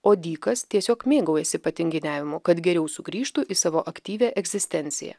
o dykas tiesiog mėgaujasi patinginiavimu kad geriau sugrįžtų į savo aktyvią egzistenciją